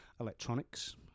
Electronics